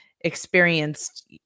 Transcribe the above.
experienced